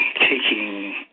taking